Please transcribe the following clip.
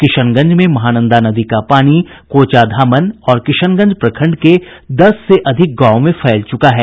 किशनगंज में महानंदा नदी का पानी कोचाधामन और किशनगंज प्रखंड के दस से अधिक गांवों में फैल चुका है